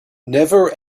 never